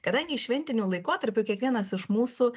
kadangi šventiniu laikotarpiu kiekvienas iš mūsų